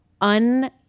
un